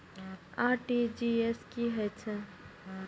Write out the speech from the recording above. RTGS की होय छै